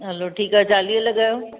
हलो ठीकु आहे चालीह लगायो